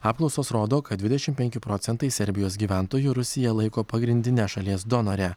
apklausos rodo kad dvidešim penki procentai serbijos gyventojų rusiją laiko pagrindine šalies donore